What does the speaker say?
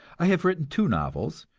i have written two novels,